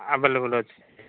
available ଅଛି